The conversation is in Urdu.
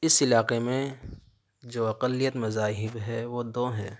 اِس علاقے میں جو اقلیت مذاہب ہے وہ دو ہیں